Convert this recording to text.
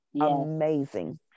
amazing